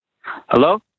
Hello